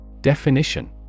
Definition